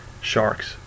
sharks